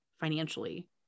financially